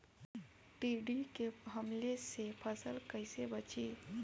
टिड्डी के हमले से फसल कइसे बची?